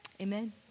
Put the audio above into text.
amen